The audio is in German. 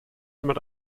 jemand